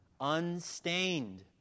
unstained